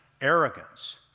arrogance